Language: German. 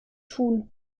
tun